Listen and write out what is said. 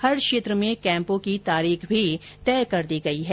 हर क्षेत्र में कैम्पों की तारीख भी तय कर दी गई है